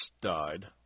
died